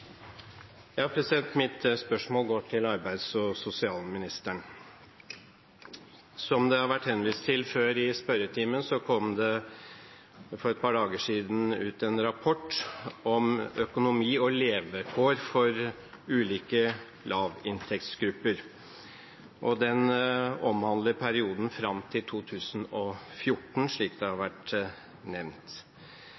Mitt spørsmål går til arbeids- og sosialministeren. Som det har vært henvist til tidligere i spørretimen, kom det for et par dager siden ut en rapport om økonomi og levekår for ulike lavinntektsgrupper. Den omhandler perioden fram til 2014, slik det har